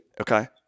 okay